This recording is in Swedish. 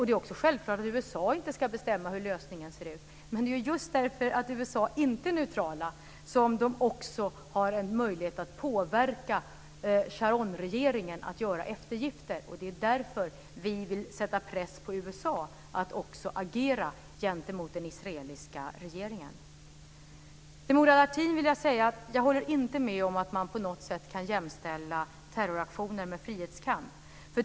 Det är också självklart att USA inte ska bestämma hur lösningen ser ut. Men det är just för att USA inte är neutrala som de också har en möjlighet att påverka Sharonregeringen att göra eftergifter. Det är därför vi vill sätta press på USA att också agera gentemot den israeliska regeringen. Till Murad Artin vill jag säga att jag inte håller med om att man på något sätt kan jämställa terrorattacker med frihetskamp.